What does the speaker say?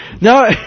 No